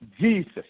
Jesus